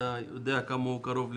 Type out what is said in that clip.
אתה יודע כמה הוא קרוב לליבי.